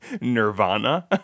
nirvana